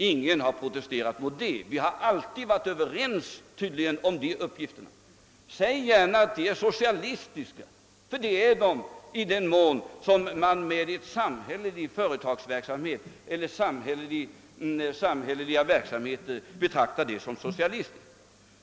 Ingen har protesterat mot detta — alla har tydligen varit överens om att vi skulle påtaga oss dessa uppgifter. Säg gärna att dessa verksamheter är socialistiska, ty det är de i den mån man betraktar samhällelig verksamhet som socialism!